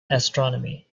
astronomy